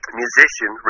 musician